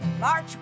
March